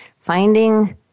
finding